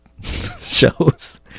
shows